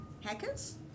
Hackers